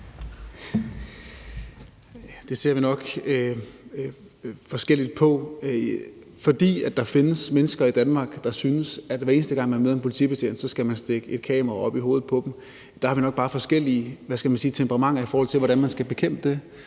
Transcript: Det ser vi nok forskelligt på. For der findes mennesker i Danmark, der synes, at hver eneste gang man møder en politibetjent, skal man stikke et kamera op i hovedet på dem. Her har vi nok bare forskellige, hvad skal man sige, temperamenter, i forhold til hvordan man skal bekæmpe det.